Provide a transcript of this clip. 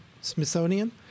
Smithsonian